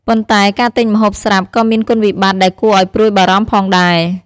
ប៉ុន្តែ ការទិញម្ហូបស្រាប់ក៏មាន គុណវិបត្តិ ដែលគួរឱ្យព្រួយបារម្ភផងដែរ។